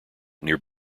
near